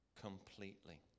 completely